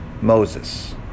Moses